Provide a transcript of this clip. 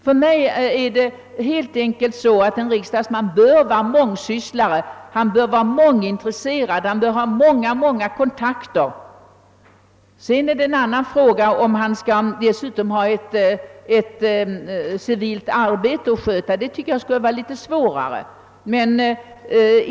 För mig framstår det som självklart att en riksdagsman bör vara mångsysslare, bör vara mångintresserad och ha många kontakter. Sedan är det en annan fråga, om han dessutom skall ha ett civilt arbete att sköta — det tror jag blir litet svårare.